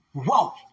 Whoa